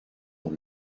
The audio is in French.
dans